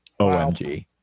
OMG